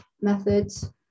methods